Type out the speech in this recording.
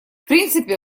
принципе